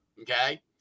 okay